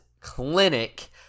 clinic